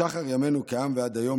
משחר ימינו כעם ועד היום,